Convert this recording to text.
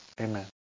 Amen